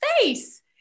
face